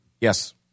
Yes